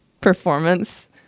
performance